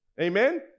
Amen